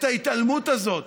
ההתעלמות הזאת